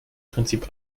prinzip